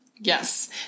Yes